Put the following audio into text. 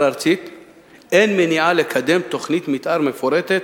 ארצית אין מניעה לקדם תוכנית מיתאר מפורטת